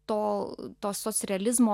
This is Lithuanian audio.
to to socrealizmo